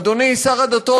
אדוני השר לשירותי דת,